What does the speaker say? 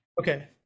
Okay